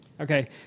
Okay